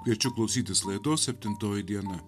kviečiu klausytis laidos septintoji diena